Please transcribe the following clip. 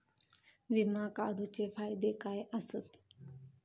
विमा काढूचे फायदे काय आसत?